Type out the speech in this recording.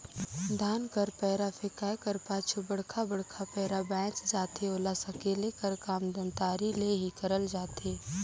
धान कर पैरा फेकाए कर पाछू बड़खा बड़खा पैरा बाएच जाथे ओला सकेले कर काम दँतारी ले ही करल जाथे